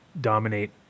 dominate